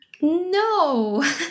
No